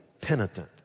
penitent